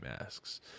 masks